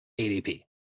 ADP